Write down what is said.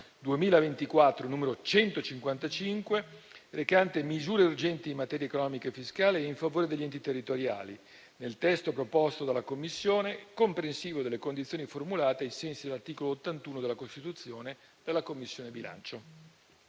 2024, n. 155, recante misure urgenti in materia economica e fiscale in favore degli enti territoriali, nel testo proposto dalla Commissione, comprensivo delle condizioni formulate, ai sensi dell'articolo 81 della Costituzione, dalla Commissione bilancio.